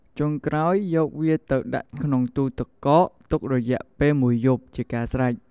ចុងក្រោយ យកវាទៅដាក់ក្នុងទូរទឹកកកទុករយៈពេលមួយយប់ ជាការស្រេច។